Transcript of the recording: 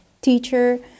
teacher